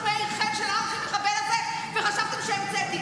מאיר חן שרק --- וחשבתם שהמצאתי.